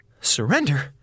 Surrender